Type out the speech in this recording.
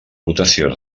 votació